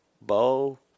bow